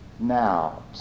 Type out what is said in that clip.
Now